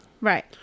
Right